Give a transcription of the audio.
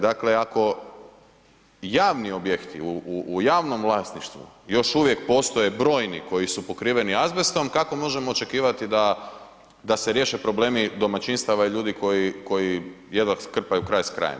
Dakle, ako javni objekti u javnom vlasništvu još uvijek postoje brojni koji su pokriveni azbestom, kako možemo očekivati da se riješe problemi domaćinstava ljudi koji jedva krpaju kraj s krajem?